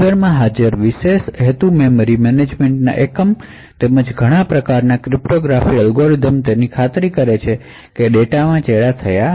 હાર્ડવેરમાં હાજર વિશેષ મેમરી મેનેજમેન્ટ એકમો તેમજ ઘણાં બધાં ક્રિપ્ટોગ્રાફી એલ્ગોરિધમ્સ ખાતરી કરે છે કે ડેટામાં ચેડા ન થાય